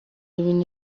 ibintu